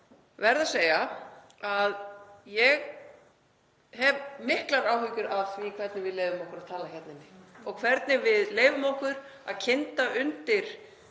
verð að segja að ég hef miklar áhyggjur af því hvernig við leyfum okkur að tala hérna inni og hvernig við leyfum okkur að kynda undir